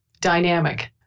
dynamic